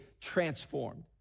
transformed